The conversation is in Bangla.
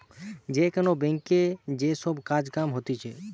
যে কোন ব্যাংকে যে সব কাজ কাম হতিছে